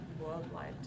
worldwide